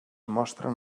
mostren